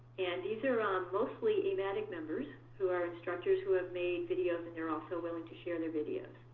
and these are are mostly um amatyc members, who are instructors who have made videos and they're also willing to share their videos.